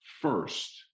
first